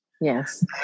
Yes